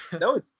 no